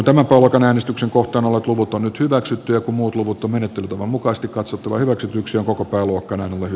tämän luokan äänestyksen kohtaan ovat luvut on nyt hyväksytty joku muu puhuttu menettelytavan mukaista katsottava hyväksytyksi koko pääluokkana on